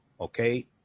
okay